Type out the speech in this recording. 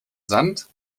sand